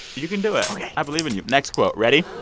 you can do it ok i believe in you. next quote ready?